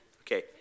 Okay